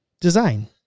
design